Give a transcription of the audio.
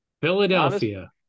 Philadelphia